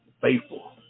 Faithful